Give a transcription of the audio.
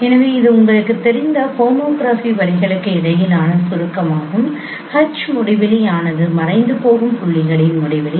எனவே இது உங்களுக்குத் தெரிந்த ஹோமோகிராஃபி வரிகளுக்கு இடையிலான சுருக்கமாகும் H முடிவிலி ஆனது மறைந்து போகும் புள்ளிகளில் முடிவிலி